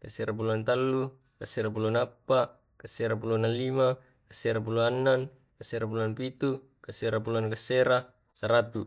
kaserabulan tallu, kasera pulona appa, kaserapulona lima, kaserabulon ennen, kasera bulona pitu, kaserabulona kasera, saratu.